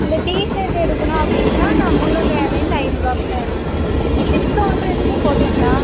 உங்கள் டீஷர்ட் எடுக்கணும் அப்படின்னா முந்நூறுபாயிலேந்து ஐந்நூறுபாக்குள்ள இருக்கும் டிஸ்கௌண்டு இருக்குது போட்டுக்கலாம்